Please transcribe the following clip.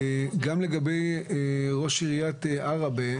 גם לגבי מה שהעלה ראש עיריית עראבה.